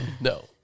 No